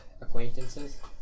Acquaintances